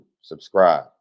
Subscribe